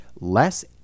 less